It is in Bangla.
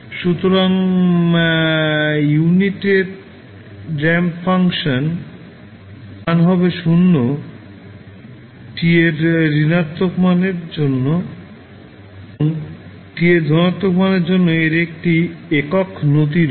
সুতরাং ইউনিট র্যাম্প ফাংশন এর মান হবে 0 t এর ঋণাত্মক মানের জন্য এবং t এর ধনাত্মক মানের জন্য এর একটি একক নতি রয়েছে